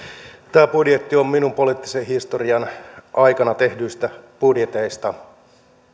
tämä budjetti on minun poliittisen historiani aikana tehdyistä budjeteista